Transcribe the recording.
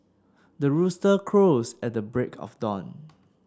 the rooster crows at the break of dawn